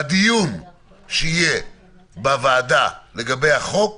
בדיון שיהיה בוועדה לגבי החוק